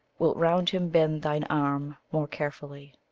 wilt round him bend thine arm more carefully.